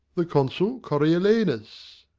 the consul coriolanus.